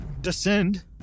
descend